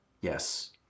Yes